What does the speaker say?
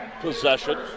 possession